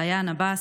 ביאן עבאס,